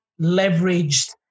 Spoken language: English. leveraged